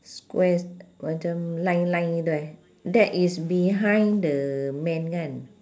squares macam line line gitu eh that is behind the man kan